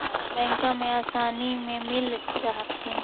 बैंकबा से आसानी मे मिल जा हखिन?